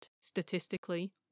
statistically